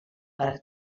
per